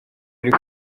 ari